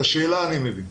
את השאלה אני מבין.